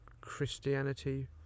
christianity